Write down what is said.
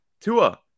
Tua